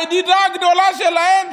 הידידה הגדולה שלהם,